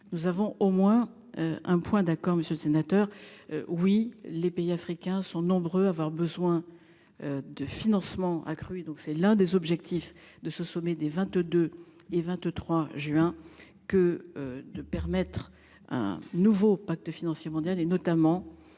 nous avons au moins un point d'accord monsieur le sénateur. Oui les pays africains sont nombreux à avoir besoin. De financement accru. Donc c'est l'un des objectifs de ce sommet des 22 et 23 juin, que de permettre un nouveau pacte financier mondial et notamment.